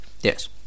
yes